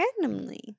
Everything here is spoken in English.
randomly